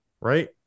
right